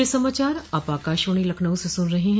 ब्रे क यह समाचार आप आकाशवाणी लखनऊ से सुन रहे हैं